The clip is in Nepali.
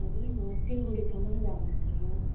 हजुर म सिलगढीसम्म जानु छ